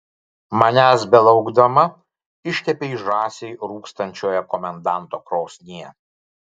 manęs belaukdama iškepei žąsį rūkstančioje komendanto krosnyje